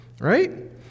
right